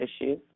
issues